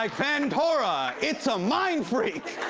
um fentora, it's a mind freak!